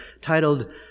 titled